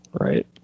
right